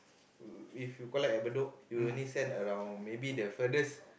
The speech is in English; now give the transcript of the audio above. if you collect are but no you only send around maybe the furthest